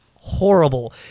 Horrible